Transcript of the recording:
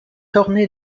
ornée